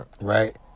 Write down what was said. right